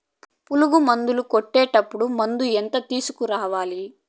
పులుగు మందులు కొట్టేటప్పుడు మందు ఎంత తీసుకురావాలి?